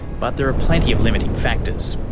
but there are plenty of limiting factors.